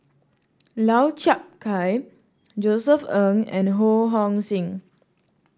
Lau Chiap Khai Josef Ng and Ho Hong Sing